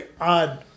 odd